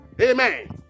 Amen